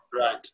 Right